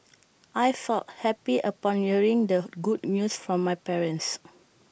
I felt happy upon hearing the good news from my parents